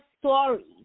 story